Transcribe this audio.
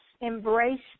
embrace